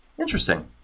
Interesting